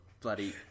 bloody